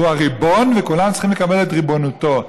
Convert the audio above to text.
הוא הריבון וכולם צריכים לקבל את ריבונותו.